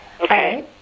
Okay